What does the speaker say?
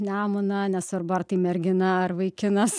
nemuną nesvarbu ar tai mergina ar vaikinas